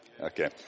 Okay